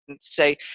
say